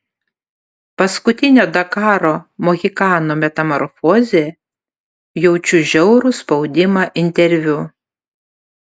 paskutinio dakaro mohikano metamorfozė jaučiu žiaurų spaudimą interviu